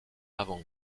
avant